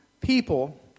people